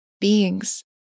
beings